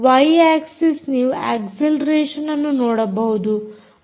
Y axis ನೀವು ಅಕ್ಸೆಲೆರೇಷನ್ಅನ್ನು ನೋಡಬಹುದು